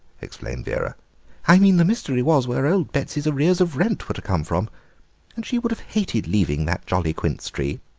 explained vera i mean the mystery was where old betsy's arrears of rent were to come from and she would have hated leaving that jolly quince tree.